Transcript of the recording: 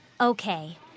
Okay